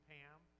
Pam